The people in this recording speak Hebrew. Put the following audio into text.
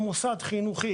רק מוסד חינוכי,